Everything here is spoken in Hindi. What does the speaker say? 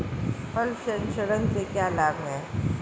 फल संरक्षण से क्या लाभ है?